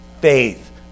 faith